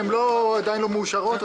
הן עדיין לא מאושרות.